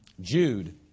Jude